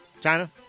China